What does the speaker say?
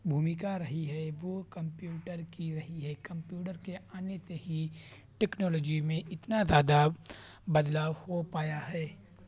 بھومیکا رہی ہے وہ کمپیوٹر کی رہی ہے کمپیوٹر کے آنے سے ہی ٹیکنالوجی میں اتنا زیادہ بدلاؤ ہو پایا ہے